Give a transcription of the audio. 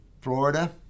Florida